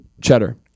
cheddar